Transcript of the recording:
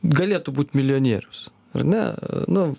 galėtų būt milijonierius ar ne nu